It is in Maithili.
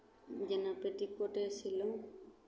जेना पेटिकोटे सीलहुँ